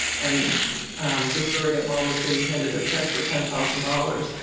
and the surrogate mom is being handed a check for ten thousand dollars.